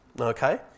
Okay